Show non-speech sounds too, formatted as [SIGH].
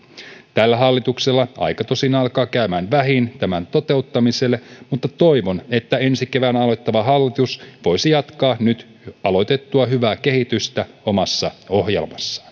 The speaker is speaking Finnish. tällä hallituksella aika tosin alkaa käymään vähiin tämän toteuttamiselle mutta toivon että ensi keväänä aloittava hallitus voisi jatkaa nyt aloitettua hyvää kehitystä omassa ohjelmassaan [UNINTELLIGIBLE]